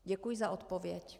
Děkuji za odpověď.